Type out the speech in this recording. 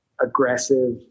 aggressive